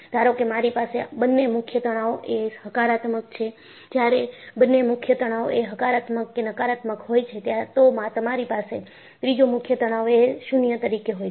ધારો કે મારી પાસે બંને મુખ્ય તણાવ એ હકારાત્મક છે જ્યારે બંને મુખ્ય તણાવ એ હકારાત્મક કે નકારાત્મક હોય છે તો તમારી પાસે ત્રીજો મુખ્ય તણાવ એ 0 તરીકે હોય છે